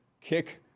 kick